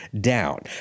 down